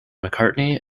mccartney